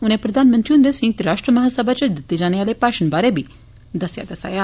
उनें प्रधानमंत्री हुन्दे संयुक्त राष्ट्र महासमा इच दित्ते जाने आले भाषण बारै बी दस्सेआ दस्साया